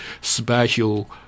special